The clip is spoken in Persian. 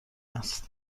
است